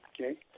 okay